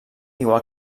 igual